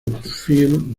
phil